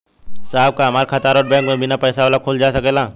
साहब का हमार खाता राऊर बैंक में बीना पैसा वाला खुल जा सकेला?